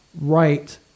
right